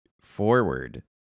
forward